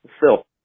Phil